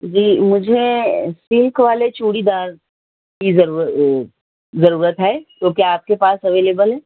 جی مجھے پنک والے چوڑی دار کی ضرور ضرورت ہے تو کیا آپ کے پاس ایویلیبل ہے